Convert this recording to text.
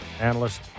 analyst